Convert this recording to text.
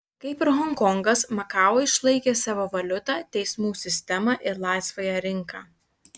kaip ir honkongas makao išlaikė savo valiutą teismų sistemą ir laisvąją rinką